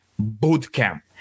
bootcamp